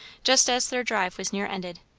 just as their drive was near ended.